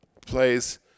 plays